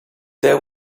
there